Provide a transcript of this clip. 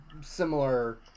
similar